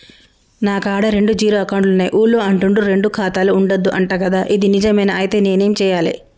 నా కాడా రెండు జీరో అకౌంట్లున్నాయి ఊళ్ళో అంటుర్రు రెండు ఖాతాలు ఉండద్దు అంట గదా ఇది నిజమేనా? ఐతే నేనేం చేయాలే?